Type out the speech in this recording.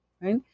right